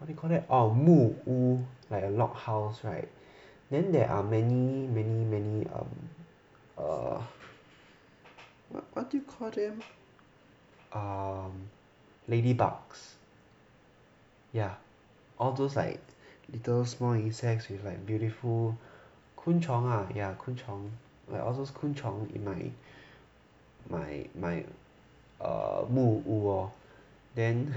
what you call that oh 木屋 like a log house [right] then there are many many many um err what what do you call them um ladybugs ya all those like little small insects with like beautiful 昆虫 ah ya 昆虫 like all those 昆虫 in my my my err 木屋 lor then